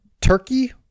Turkey